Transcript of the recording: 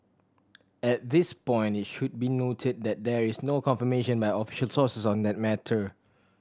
at this point it should be noted that there is no confirmation by official sources on that matter